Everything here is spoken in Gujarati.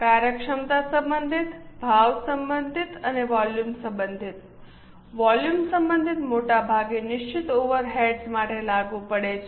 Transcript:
કાર્યક્ષમતા સંબંધિત ભાવ સંબંધિત અને વોલ્યુમ સંબંધિત વોલ્યુમ સંબંધિત મોટા ભાગે નિશ્ચિત ઓવરહેડ્સ માટે લાગુ પડે છે